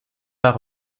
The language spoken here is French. pas